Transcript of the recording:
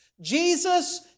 Jesus